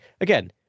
again